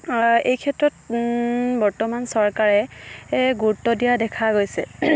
এই ক্ষেত্ৰত বৰ্তমান চৰকাৰে গুৰুত্ব দিয়া দেখা গৈছে